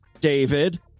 David